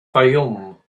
fayoum